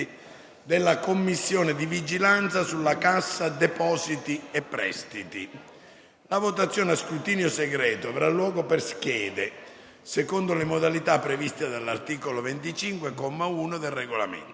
della Commissione di vigilanza sulla Cassa depositi e prestiti. La votazione, a scrutinio segreto, avrà luogo per schede, secondo le modalità previste dall'articolo 25, comma 1, del Regolamento.